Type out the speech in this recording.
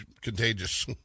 contagious